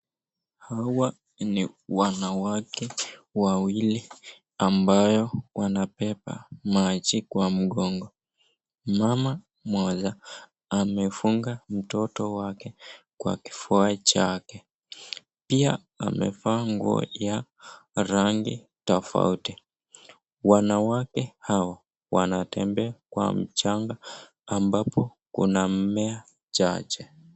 Hawa ni wanawake wawili ambayo wanabeba maji kwa mgongo. Mama mwenye amefunga mtoto wake kwa kifua chake. Pia amevaa nguo ya rangi tofauti. Wanawake hao wanatembea kwa mchanga ambapo kuna mmea chache.